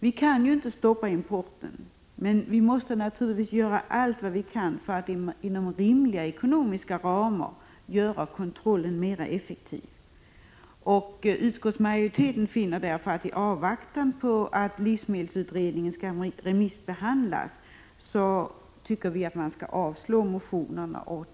Vi kan inte stoppa importen, men vi måste naturligtvis göra allt vi kan för att inom rimliga ekonomiska ramar få kontrollen mer effektiv. I avvaktan på att livsmedelsutredningen blir remissbehandlad finner därför utskottet att motionerna skall avslås.